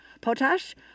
Potash